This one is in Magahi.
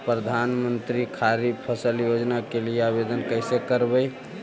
प्रधानमंत्री खारिफ फ़सल योजना के लिए आवेदन कैसे करबइ?